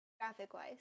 graphic-wise